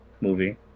movie